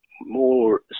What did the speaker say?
More